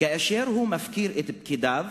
כאשר הוא מפקיר את פקידיו